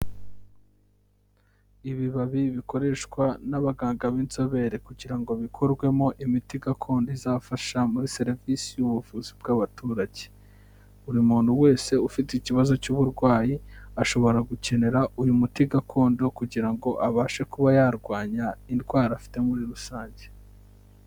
Ibibabi bikoreshwa n'abaganga b'inzobere kugira ngo bikorwemo imiti gakondo izafasha muri serivisi y'ubuvuzi bw'abaturage, buri muntu wese ufite ikibazo cy'uburwayi ashobora gukenera uyu muti gakondo kugira ngo abashe kuba yarwanya indwara afite muri rusange.